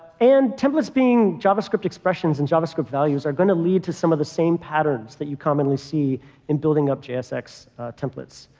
and templates being javascript expressions and javascript values are going to lead to some of the same patterns that you commonly see in building up jsx templates.